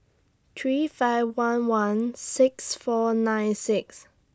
three five one one six four nine six